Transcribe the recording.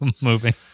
movie